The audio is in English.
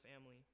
family